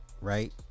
Right